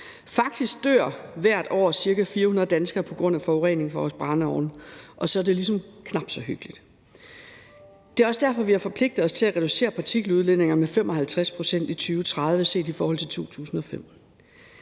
Faktisk dør ca. 400 danskere hvert år på grund af forurening fra vores brændeovne, og så er det ligesom knap så hyggeligt. Det er også derfor, vi har forpligtet os til at reducere partikeludledninger med 55 pct. i 2030 set i forhold til 2005.